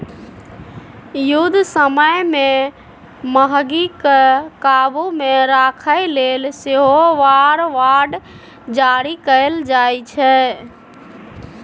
युद्ध समय मे महगीकेँ काबु मे राखय लेल सेहो वॉर बॉड जारी कएल जाइ छै